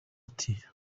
ati